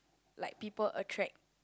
like people attract